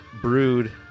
brewed